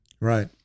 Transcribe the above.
right